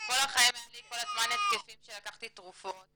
כל החיים היו לי כל הזמן התקפים שלקחתי תרופות.